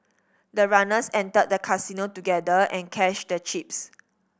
the runners entered the casino together and cashed the chips